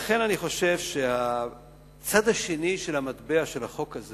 לכן אני חושב שהצד השני של המטבע של החוק הזה